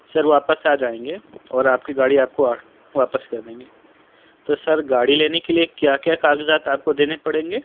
سر واپس آ جائیں گے اور آپ کی گاڑی آپ کو واپس کر دیں گے تو سر گاڑی لینے کے لیے کیا کیا کاغذات آپ کو دینے پڑیں گے